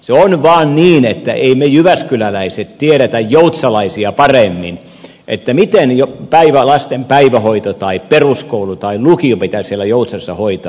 se on vaan niin että emme me jyväskyläläiset tiedä joutsalaisia paremmin miten lasten päivähoito tai peruskoulu tai lukio pitää siellä joutsassa hoitaa